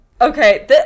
Okay